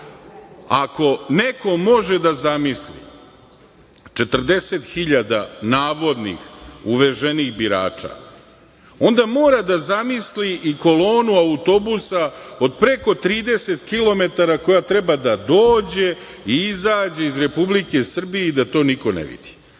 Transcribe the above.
Ako neko može da zamisli 40.000 navodnih uveženih birača, onda mora da zamisli i kolonu autobusa od preko 30 kilometara koja treba da dođe i izađe iz Republike Srbije i da to niko ne vidi.